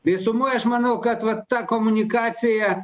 visumoj aš manau kad va ta komunikacija